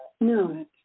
No